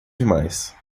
demais